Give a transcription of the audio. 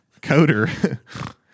Coder